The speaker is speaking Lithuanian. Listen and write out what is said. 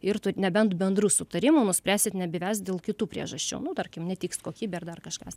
ir tu nebent bendru sutarimu nuspręsit nebevest dėl kitų priežasčių nu tarkim netiks kokybė ar dar kažkas